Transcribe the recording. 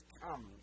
comes